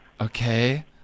Okay